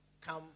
come